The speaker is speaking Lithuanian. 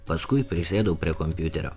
paskui prisėdau prie kompiuterio